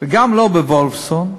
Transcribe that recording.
וגם לא בבית-חולים וולפסון,